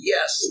Yes